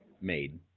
made